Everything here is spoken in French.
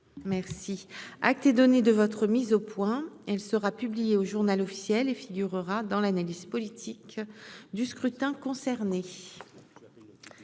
merci acte donné de votre mise au point, elle sera publiée au Journal officiel et figurera dans l'analyse politique du scrutin concernés